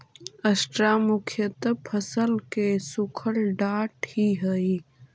straw मुख्यतः फसल के सूखल डांठ ही हई